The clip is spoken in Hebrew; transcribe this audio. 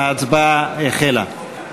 ההצבעה החלה.